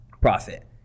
profit